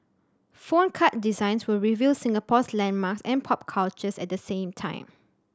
phone card designs would reveal Singapore's landmarks and pop cultures at the same time